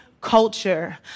culture